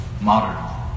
modern